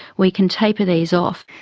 we can taper these off.